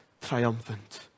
triumphant